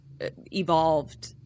evolved